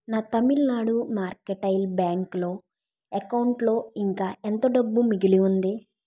నా తమిళ్నాడు మర్కటైల్ బ్యాంక్లో అకౌంట్లో ఇంకా ఎంత డబ్బు మిగిలి ఉంది